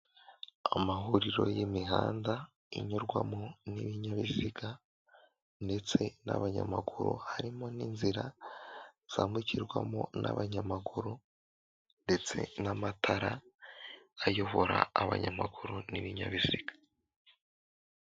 Amahuriro y'imihanda inyurwamo n'ibinyabiziga ndetse n'abanyamaguru harimo n'inzira zambukirwamo n'abanyamaguru ndetse n'amatara ayobora abanyamaguru n'ibinyabiziga.